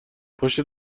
پشت